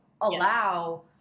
allow